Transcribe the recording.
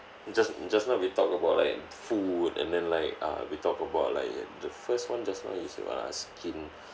just just now we talk about like food and then like uh we talk about like the first one just now is what ah skin